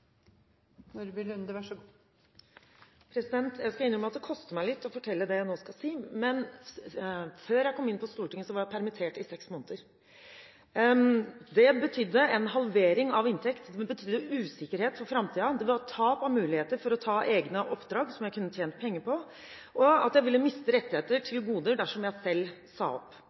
koster meg litt å fortelle det jeg nå skal si. Før jeg kom inn på Stortinget, var jeg permittert i seks måneder. Det betydde en halvering av inntekt, det betydde usikkerhet for framtiden, det var tap av muligheter for å ta egne oppdrag som jeg kunne tjent penger på, og jeg ville miste rettigheter til goder dersom jeg selv sa opp.